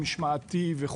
משמעתי,